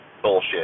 bullshit